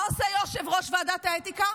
מה עושה יושב-ראש ועדת האתיקה?